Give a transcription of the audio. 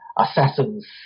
Assassin's